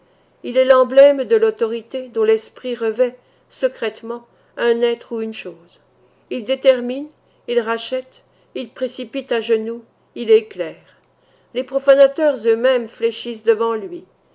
il est l'emblème de l'autorité dont l'esprit revêt secrètement un être ou une chose il détermine il rachète il précipite à genoux il éclaire les profanateurs eux-mêmes fléchissent devant lui